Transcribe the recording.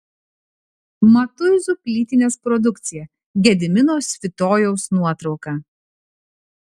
matuizų plytinės produkcija gedimino svitojaus nuotrauka